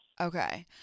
Okay